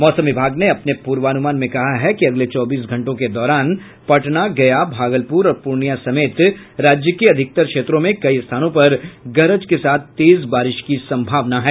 मौसम विभाग ने अपने पूर्वानुमान में कहा है कि अगले चौबीस घंटों के दौरान पटना गया भागलपुर और पूर्णिया समेत राज्य के अधिकतर क्षेत्रों में कई स्थानों पर गरज के साथ तेज बारिश की संभावना है